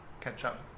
catch-up